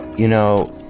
you know,